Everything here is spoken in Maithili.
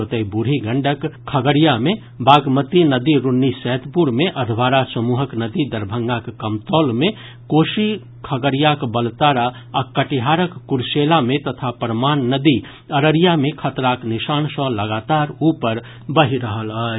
ओतहि बूढ़ी गंडक खगड़िया मे बागमती नदी रून्नी सैदपुर मे अधवारा समूहक नदी दरभंगाक कमतौल मे कोसी खगड़ियाक बलतारा आ कटिहारक कुरसेला मे तथा परमान नदी अररिया मे खतराक निशान सॅ लगातार ऊपर बहि रहल अछि